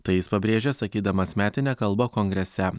tai jis pabrėžė sakydamas metinę kalbą kongrese